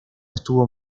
estuvo